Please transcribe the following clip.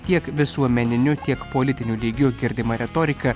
tiek visuomeniniu tiek politiniu lygiu girdima retorika